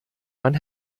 man